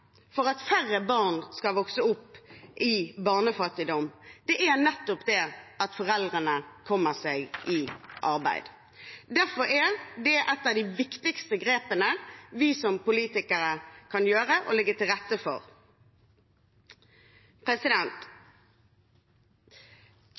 for at færre barn skal vokse opp i barnefattigdom, er nettopp at foreldrene kommer seg i arbeid. Derfor er det et av de viktigste grepene vi som politikere kan gjøre og legge til rette for.